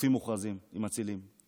חופים מוכרזים עם מצילים.